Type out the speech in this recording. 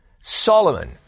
Solomon